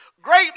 Great